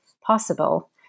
possible